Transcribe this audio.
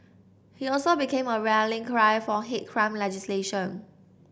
he also became a rallying cry for hate crime legislation